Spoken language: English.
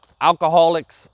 Alcoholics